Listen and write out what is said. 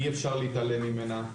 אי אפשר להתעלם ממנה,